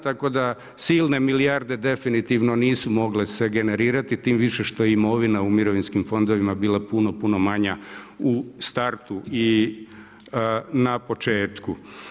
Tako da silne milijarde definitivno nisu mogle se generirati tim više što je imovina u mirovinskim fondovima bila puno, puno manja u startu i na početku.